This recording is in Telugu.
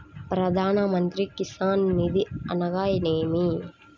ప్రధాన మంత్రి కిసాన్ నిధి అనగా నేమి?